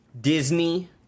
Disney